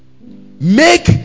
make